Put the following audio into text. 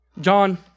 John